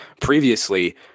previously